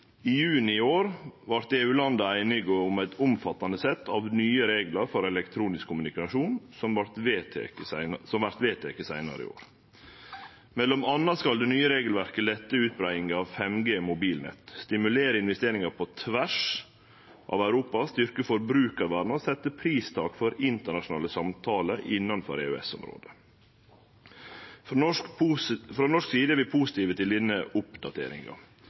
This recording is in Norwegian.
I juni i år vart EU-landa einige om eit omfattande sett av nye reglar for elektronisk kommunikasjon som vert vedteke seinare i år. Mellom anna skal det nye regelverket lette utbreiing av 5G-mobilnett, stimulere investeringar på tvers av Europa, styrkje forbrukarvernet og setje pristak for internasjonale samtaler innanfor EØS-området. Frå norsk side er vi positive til denne oppdateringa.